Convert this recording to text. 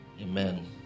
Amen